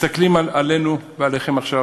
מסתכלים עלינו ועליכם עכשיו.